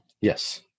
Yes